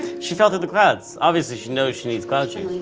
she fell through the clouds. obviously she knows she needs cloud shoes.